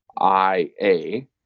I-A